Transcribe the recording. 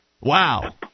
Wow